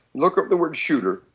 look at the word shooter,